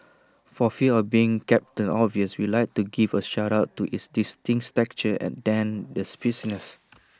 for fear of being captain obvious we'd like to give A shout out to its distinct texture than the spiciness